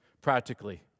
practically